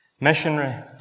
missionary